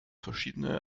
verschiedene